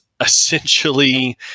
essentially